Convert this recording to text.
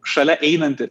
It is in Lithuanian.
šalia einanti